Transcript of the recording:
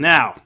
Now